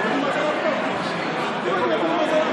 הם יודעים מה זה רב-קו?